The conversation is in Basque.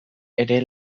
ere